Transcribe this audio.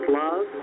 love